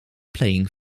playing